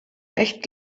echt